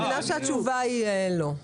אני מבינה שהתשובה היא לא.